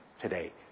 today